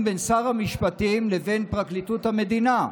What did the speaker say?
בין שר המשפטים לבין פרקליטות המדינה.